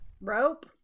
Rope